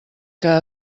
que